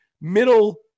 middle